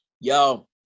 Yo